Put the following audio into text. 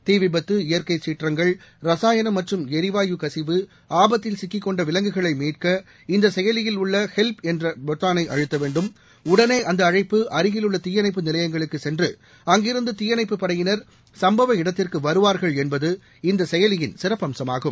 தீ விபத்து இயற்கைச் சீற்றங்கள் ரசாயனம் மற்றும் எரிவாயு கசிவு ஆபத்தில் சிக்கிக் கொண்ட விலங்குகளை மீட்க இந்த செயலில் உள்ள ஹெல்ப் என்ற பொத்தாளை அழுத்த வேண்டும் உடனே அந்த அழைப்பு அருகிலுள்ள தீயணைப்பு நிலையங்களுக்குச் சென்று அங்கிருந்து தீயணைப்புப் படையினர் சம்பவ இடத்திற்கு வருவார்கள் என்பது இந்த செயலியின் சிறப்பு அம்சமாகும்